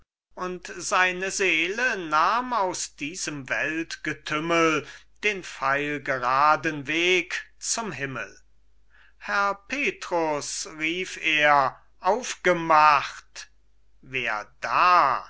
und seine seele nahm aus diesem weltgetümmel den pfeilgeraden weg zum himmel herr petrus rief er aufgemacht wer da